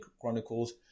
Chronicles